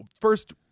first